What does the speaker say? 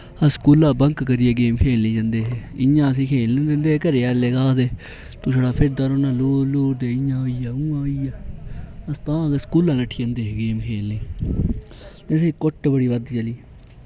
अस स्कूला दा बंक करिये गेम खेलने गी जंदे हे इ'यां असैं गी खेलन निं दिंदे हे घरे आह्लै तू छड़ा फिरदा रौह्ना लुर लुर इ'यां होई गेआ ते ऊ'आं होई गेआ अस तां गै स्कूला दा नठी जंदे हे गेम खेलने गी अस घुट्ट बी बड़ी चली